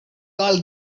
all